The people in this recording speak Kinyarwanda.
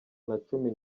nacumi